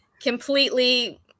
completely